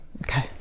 okay